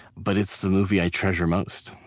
but it's the movie i treasure most,